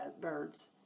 birds